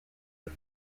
eux